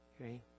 Okay